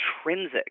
intrinsic